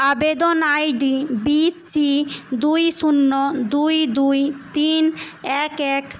আবেদন ID B C দুই শূন্য দুই দুই তিন এক এক